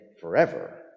forever